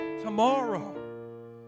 tomorrow